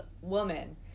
woman